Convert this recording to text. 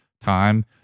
time